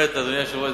אדוני היושב-ראש,